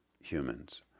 humans